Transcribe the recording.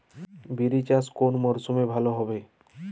বিরি চাষ কোন মরশুমে ভালো হবে?